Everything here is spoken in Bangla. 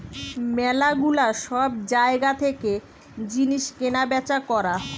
ম্যালা গুলা সব জায়গা থেকে জিনিস কেনা বেচা করা